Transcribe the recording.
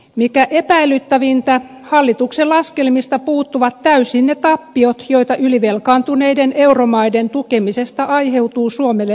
mikä epäilyttävintä hallituksen laskelmista puuttuvat täysin ne tappiot joita ylivelkaantuneiden euromaiden tukemisesta aiheutuu suomelle lähitulevaisuudessa